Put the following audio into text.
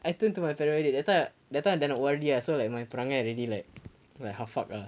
I turned to my paramedic that time I that time I tengah O_R_D ah so like my perangai already like like half fuck ah